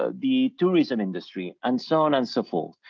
ah the tourism industry and so on and so forth.